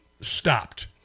stopped